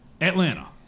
Atlanta